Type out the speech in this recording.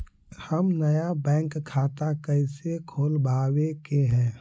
हम नया बैंक खाता कैसे खोलबाबे के है?